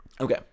Okay